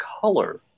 color